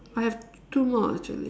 I have two more actually